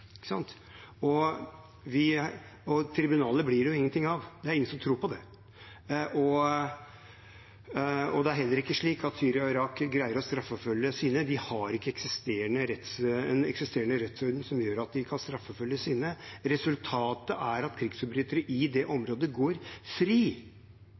blir det jo ingenting av, det er ingen som tror på det. Det er heller ikke slik at Syria og Irak greier å straffeforfølge sine. De har ikke en eksisterende rettsorden som gjør at de kan straffeforfølge sine. Resultatet er at krigsforbrytere i det